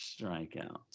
strikeouts